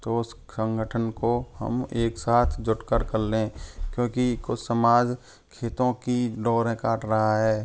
तो उस संगठन को हम एक साथ जुटकर कर लें क्योंकि कुछ समाज खेतों की डोरें काट रहा है